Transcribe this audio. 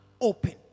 open